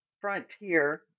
frontier